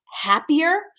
happier